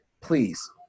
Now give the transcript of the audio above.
please